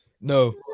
No